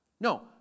No